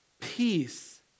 peace